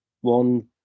one